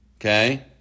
Okay